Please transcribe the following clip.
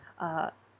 uh